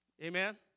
amen